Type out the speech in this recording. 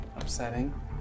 upsetting